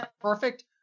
perfect